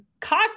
cock